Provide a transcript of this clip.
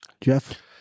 Jeff